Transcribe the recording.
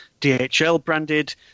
DHL-branded